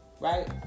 Right